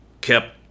kept